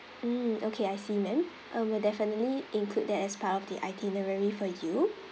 mm okay I see ma'am um will definitely include that as part of the itinerary for you